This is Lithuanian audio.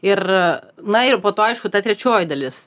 ir na ir po to aišku ta trečioji dalis